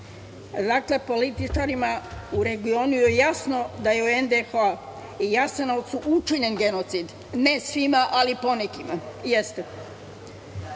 Dakle, političarima u regionu je jasno da je u NDH u Jasenovcu učinjen genocid, ne svima ali ponekima jeste.